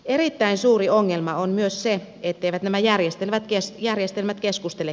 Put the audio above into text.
erittäin suuri ongelma on myös se etteivät nämä järjestelmät keskustele keskenään